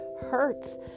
hurts